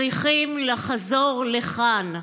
צריכים לחזור לכאן.